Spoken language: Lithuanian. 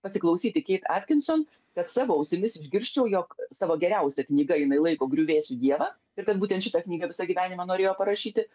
pasiklausyti keit atkinson kad savo ausimis išgirsčiau jog savo geriausia knyga jinai laiko griuvėsių dievą ir kad būtent šitą knygą visą gyvenimą norėjo parašyti